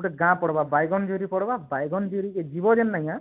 ଗୁଟେ ଗାଁ ପଡ଼ବା ବାଇଗନ୍ ଜରି ପଡ଼ବା ବାଇଗନ୍ ଜରିକେ ଯିବ ଯେନ କା